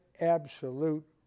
absolute